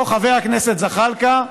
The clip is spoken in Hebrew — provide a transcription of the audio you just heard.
או חבר הכנסת זחאלקה,